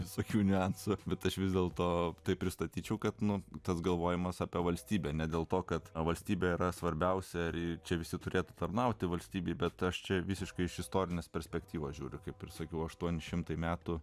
visokių niuansų bet aš vis dėlto tai pristatyčiau kad nu tas galvojimas apie valstybę ne dėl to kad valstybė yra svarbiausia ar čia visi turėtų tarnauti valstybei bet aš čia visiškai iš istorinės perspektyvos žiūriu kaip ir sakiau aštuoni šimtai metų